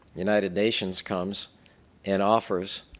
united nations comes and offers